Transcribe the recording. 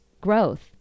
growth